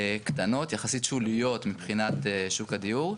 קטנות, יחסית שוליות מבחינת שוק הדיור.